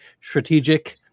strategic